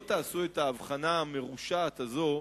לא תעשו את ההבחנה המרושעת הזו,